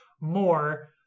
more